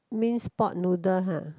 minced pork noodle [huh]